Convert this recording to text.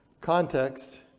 context